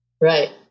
Right